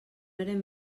eren